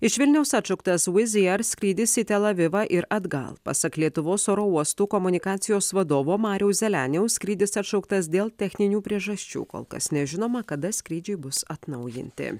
iš vilniaus atšauktas vuizier skrydis į tel avivą ir atgal pasak lietuvos oro uostų komunikacijos vadovo mariaus zeleniaus skrydis atšauktas dėl techninių priežasčių kol kas nežinoma kada skrydžiai bus atnaujinti